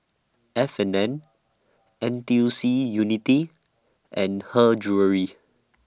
F and N N T U C Unity and Her Jewellery